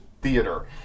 theater